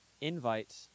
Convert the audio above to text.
Invite